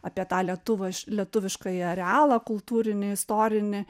apie tą lietuvą į lietuviškąjį realą kultūrinį istorinį